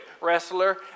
wrestler